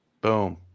Boom